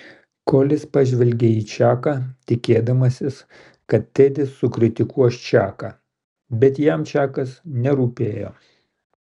kolis pažvelgė į čaką tikėdamasis kad tedis sukritikuos čaką bet jam čakas nerūpėjo